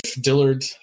Dillard